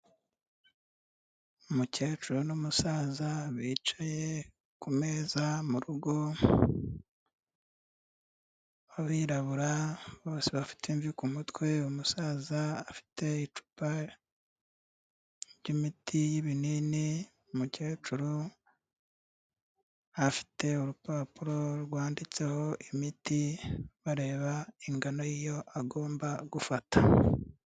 Umukecuru n'umusaza bicaye ku meza mu rugo b'abirabura bose bafite imvi ku mutwe, umusaza afite icupa ry'imiti y'ibinini, umukecuru afite urupapuro rwanditseho imiti bareba ingano y'iyo agomba gufata.